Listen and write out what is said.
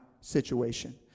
situation